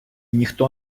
ніхто